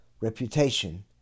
reputation